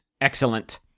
excellent